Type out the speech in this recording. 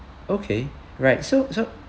okay right so so